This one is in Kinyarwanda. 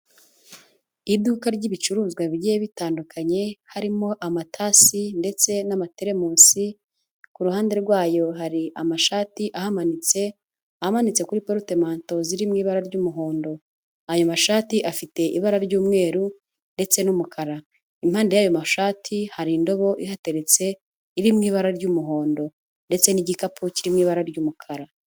Iduka ry'ibicuruzwa bigiye bitandukanye, harimo amatasi ndetse n'amaterimusi, ku ruhande rwayo hari amashati ahamanitse, amanitse kuri porute manto ziri mu ibara ry'umuhondo. Ayo mashati afite ibara ry'umweru ndetse n'umukara. Impande yayo mashati hari indobo ihateretse iri mu ibara ry'umuhondo ndetse n'igikapu kiri mu ibara ry'umukara.